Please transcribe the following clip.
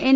N